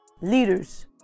Leaders